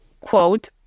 quote